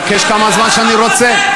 אני אבקש כמה זמן שאני רוצה.